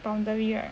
boundary right